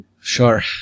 Sure